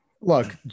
look